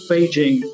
Beijing